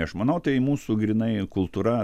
aš manau tai mūsų grynai kultūra